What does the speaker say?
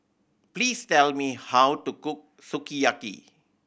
please tell me how to cook Sukiyaki